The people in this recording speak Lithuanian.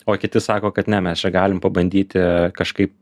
o kiti sako kad ne mes čia galim pabandyti kažkaip